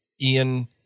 Ian